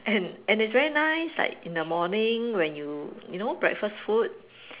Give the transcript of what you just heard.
and it's very nice like in the morning when you you know breakfast food